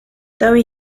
though